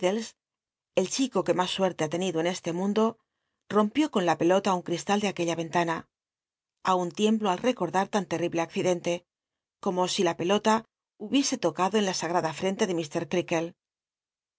el chico que mas suetlc ha tenido en este m unejo rompió con in pelota un cristal de aquella cnl ana aun tiemblo al recordar tan tcl'l'ible accidente como si la pelota hubiese tocado en la sagrada ftentc tic